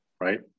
right